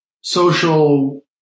social